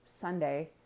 Sunday